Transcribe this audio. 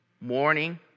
morning